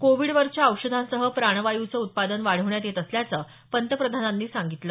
कोविडवरच्या औषधांसह प्राणवायूचं उत्पादन वाढवण्यात येत असल्याचं पंतप्रधानांनी सांगितलं